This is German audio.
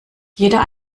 jeder